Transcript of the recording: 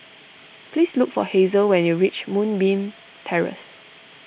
please look for Hazel when you reach Moonbeam Terrace